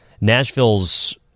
Nashville's